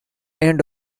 end